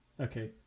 Okay